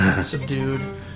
subdued